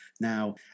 Now